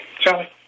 Charlie